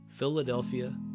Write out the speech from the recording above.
Philadelphia